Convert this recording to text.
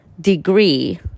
degree